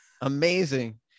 Amazing